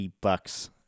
bucks